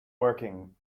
working